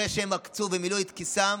ואחרי שהן עקצו ומלאו את כיסן,